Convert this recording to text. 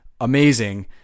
amazing